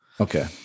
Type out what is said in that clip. Okay